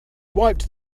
wiped